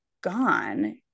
gone